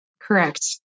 Correct